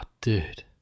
dude